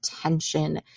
tension